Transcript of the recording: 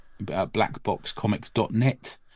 blackboxcomics.net